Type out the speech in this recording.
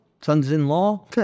sons-in-law